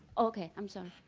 okay. i'm sorry.